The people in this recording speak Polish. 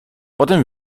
potem